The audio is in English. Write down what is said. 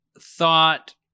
thought